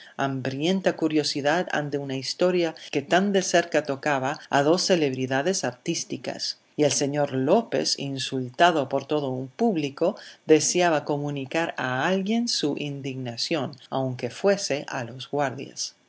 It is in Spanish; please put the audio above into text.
hambrienta curiosidad ante una historia que tan de cerca tocaba a dos celebridades artísticas y el señor lópez insultado por todo un público deseaba comunicar a alguien su indignación aunque fuese a los guardias